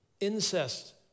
incest